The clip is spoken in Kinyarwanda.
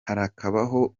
harakabaho